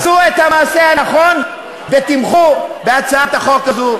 עשו את המעשה הנכון ותמכו בהצעת החוק הזאת.